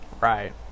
Right